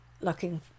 Looking